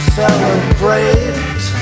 celebrate